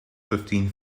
fifteen